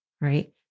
right